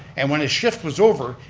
and when his shift was over,